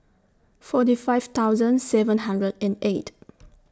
forty five thousand seven hundred and eight